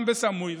גם בסמוי,